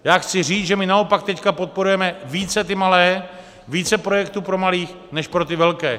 Já chci říct, že my naopak teď podporujeme více ty malé, více projektů pro malé než pro ty velké.